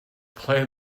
play